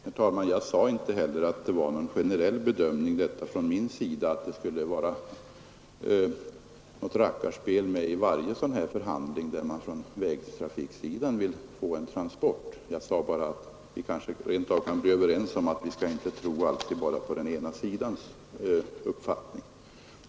Herr talman! Jag sade inte heller att det var någon generell bedömning från min sida, att det skulle vara något rackarspel med i varje sådan här förhandling där man från vägtrafikhåll vill få en transport. Jag sade helt enkelt att vi kanske rent av kan bli överens om att vi inte alltid skall tro bara på den ena sidans uppfattning.